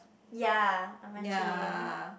ya I'm actually